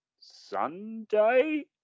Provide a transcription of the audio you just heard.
sunday